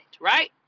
right